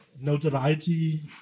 notoriety